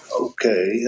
Okay